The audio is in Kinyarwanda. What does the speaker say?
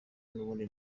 n’ubundi